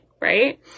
Right